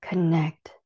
Connect